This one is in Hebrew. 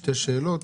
שתי שאלות,